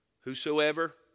Whosoever